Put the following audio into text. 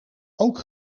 ook